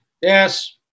Yes